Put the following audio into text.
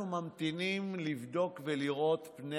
אנחנו ממתינים לבדוק ולראות פני